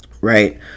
right